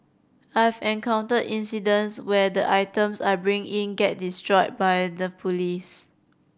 I've encountered incidents where the items I bring in get destroyed by the police